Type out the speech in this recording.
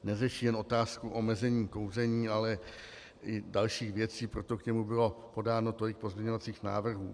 Neřeší jen otázku omezení kouření, ale i dalších věcí, proto k němu bylo podáno tolik pozměňovacích návrhů.